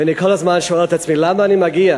ואני כל הזמן שואל את עצמי: למה אני מגיע?